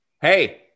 Hey